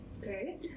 Okay